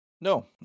No